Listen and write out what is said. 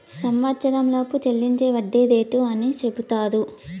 సంవచ్చరంలోపు చెల్లించే వడ్డీ రేటు అని సెపుతారు